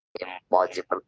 impossible